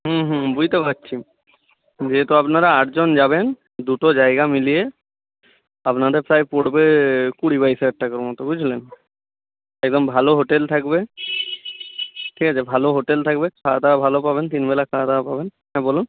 হুম হুম বুঝতে পারছি যেহেতু আপনারা আটজন যাবেন দুটো জায়গা মিলিয়ে আপনাদের প্রায় পড়বে কুড়ি বাইশ হাজার টাকার মতো বুঝলেন একদম ভালো হোটেল থাকবে ঠিক আছে ভালো হোটেল থাকবে খাওয়া দাওয়া ভালো পাবেন তিনবেলা খাওয়া দাওয়া পাবেন হ্যাঁ বলুন